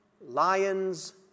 Lions